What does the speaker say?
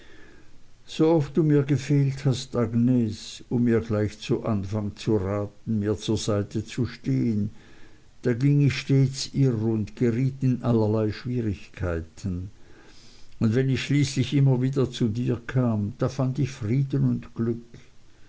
so oft du mir gefehlt hast agnes um mir gleich zu anfang zu raten mir zur seite zu stehen da ging ich stets irr und geriet in allerlei schwierigkeiten und wenn ich schließlich immer wieder zu dir kam da fand ich frieden und glück